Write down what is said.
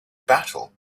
battle